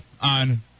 on